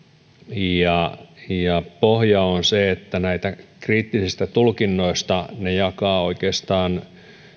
ja ja pohja on se että nämä kriittiset tulkinnat jakavat oikeastaan